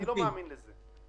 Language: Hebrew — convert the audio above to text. אני לא מאמין לזה.